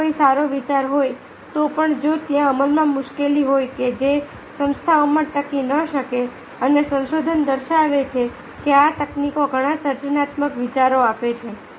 જો કોઈ સારો વિચાર હોય તો પણ જો ત્યાં અમલમાં મુશ્કેલી હોય કે જે સંસ્થાઓમાં ટકી ન શકે અને સંશોધન દર્શાવે છે કે આ તકનીકો ઘણા સર્જનાત્મક વિચારો આપે છે